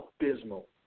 abysmal